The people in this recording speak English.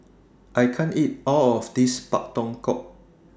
I can't eat All of This Pak Thong Ko